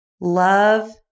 Love